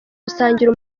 gusangira